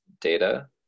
data